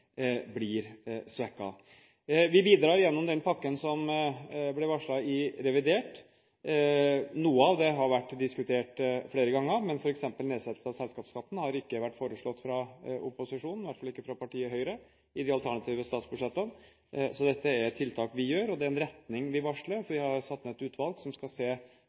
blir svekket. Vi bidrar gjennom den pakken som ble varslet i revidert budsjett. Noe av det har vært diskutert flere ganger, men f.eks. nedsettelse av selskapsskatten har ikke vært foreslått av opposisjonen, i hvert fall ikke av partiet Høyre, i de alternative statsbudsjettene. Så dette er tiltak vi gjør, og det er en retning vi varsler, for vi har satt ned et utvalg som skal se